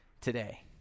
today